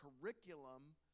curriculum